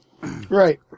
Right